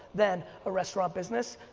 then a restaurant business,